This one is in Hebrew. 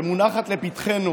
שמונחת לפתחנו